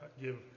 give